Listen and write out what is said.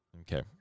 okay